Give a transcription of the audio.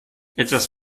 etwas